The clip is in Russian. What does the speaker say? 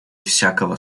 всякого